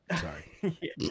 sorry